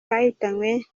bahitanywe